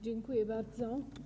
Dziękuję bardzo.